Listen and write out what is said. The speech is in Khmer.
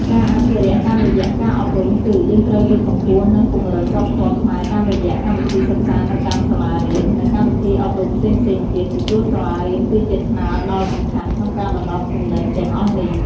ការអភិរក្សតាមរយៈការអប់រំគឺ យើងត្រូវលើកកម្ពស់ និងពង្រឹងវប្បធម៌ខ្មែរតាមរយៈកម្មវិធីសិក្សានៅតាមសាលារៀន និងកម្មវិធីអប់រំផ្សេងៗទៀត ពីព្រោះសាលារៀនគឺជាថ្នាលដ៏សំខាន់ក្នុងការបណ្ដុះគំនិតទាំងអស់នេះ។